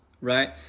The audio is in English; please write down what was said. right